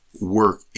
work